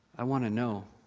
i want to know,